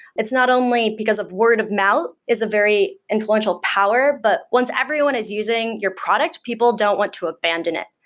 it's not only because of word of mouth. it's a very influential power, but once everyone is using your product, people don't want to abandon it.